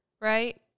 Right